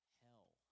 hell